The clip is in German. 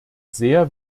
sehr